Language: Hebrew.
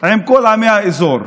עם כל עמי האזור,